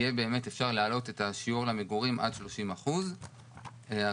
יהיה אפשר להעלות את השיעור למגורים עד 30%. הרעיון